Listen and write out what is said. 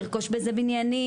לרכוש בזה בניינים,